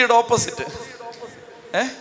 opposite